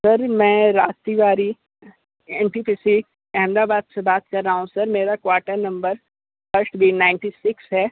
sir मैं Raj Tiwari N T P C Ahmedabad से बात कर रहा हूँ सर मेरा quarter number first B ninety six है